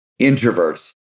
Introverts